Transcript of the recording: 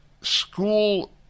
school